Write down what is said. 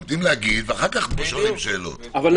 נותנים להגיב ואחר כך שואלים שאלות.